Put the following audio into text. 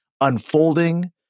unfolding